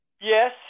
Yes